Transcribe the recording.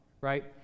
right